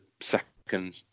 second